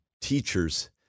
teachers